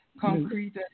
concrete